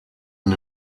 and